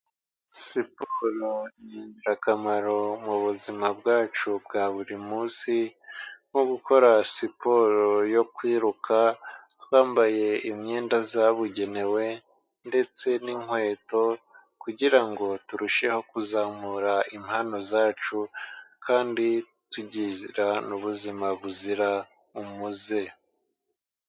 Siporo n'ingirakamaro mu buzima bwacu bwa buri munsi nko gukora siporo yo kwiruka, twambaye imyenda yabugenewe ndetse n'inkweto kugirango ngo turusheho kuzamura impano zacu, kandi tugira n'ubuzima buzira umuze.